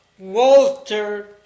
Walter